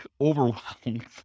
overwhelmed